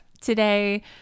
today